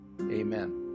amen